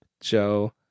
Joe